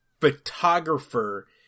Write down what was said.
photographer